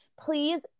please